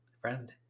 friend